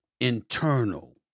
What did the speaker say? internal